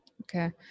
okay